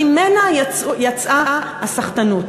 ממנה יצאה הסחטנות.